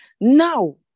Now